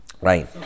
right